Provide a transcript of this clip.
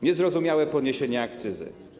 Niezrozumiałe podniesienie akcyzy.